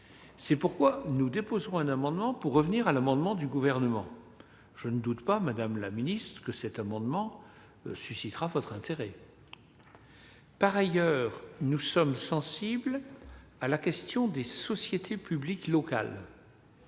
C'est pourquoi nous avons déposé un amendement tendant à revenir au texte du Gouvernement. Et je ne doute pas, madame la ministre, que cet amendement suscitera votre intérêt. Par ailleurs, nous sommes sensibles à la question des sociétés publiques locales.